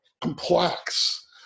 complex